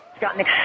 gotten